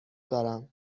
دارم